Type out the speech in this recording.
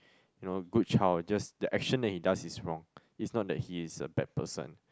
you know good child just the action that he does is wrong it's not that he is a bad person